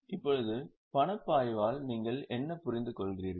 இப்போது பணப்பாய்வு பற்றி நீங்கள் என்ன புரிந்துகொள்கிறீர்கள்